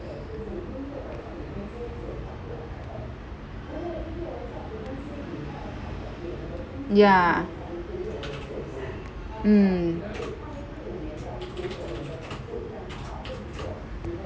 ya mm